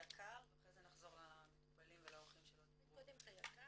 יק"ר ואחרי זה נחזור למטופלים ולאורחים שלא דיברו.